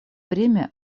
время